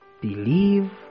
believe